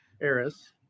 Eris